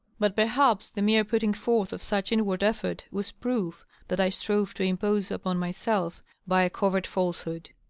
but perhaps the mere putting forth of such inward effort was proof that i strove to impose upon myself by a covert felse hood.